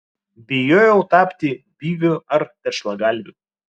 bijojau tapti byviu ar tešlagalviu